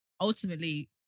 ultimately